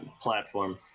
platform